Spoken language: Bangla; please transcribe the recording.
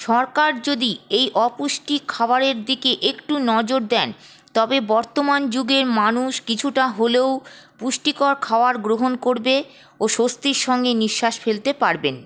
সরকার যদি এই অপুষ্টি খাবারের দিকে একটু নজর দেন তবে বর্তমান যুগের মানুষ কিছুটা হলেও পুষ্টিকর খাওয়ার গ্রহণ করবে ও স্বস্তির সঙ্গে নিশ্বাস ফেলতে পারবেন